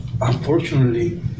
unfortunately